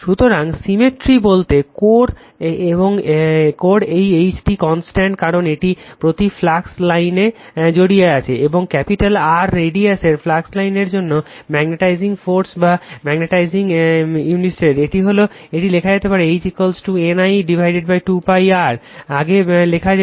সুতরাং সিমেট্রি বলতে কোরে এই H টি কনস্ট্যান্ট কনস্ট্যান্ট কারণ এটি প্রতিটি ফ্লাক্স লাইনকে জড়িয়ে আছে এবং ক্যাপাটাল R রেডিয়াসের ফ্লাক্স লাইনের জন্য ম্যাগনেটটাইজিং ফোর্স বা ম্যাগনেটটাইজিং ইনটেনসিটি এটি লেখা যেতে পারে H N I 2 π R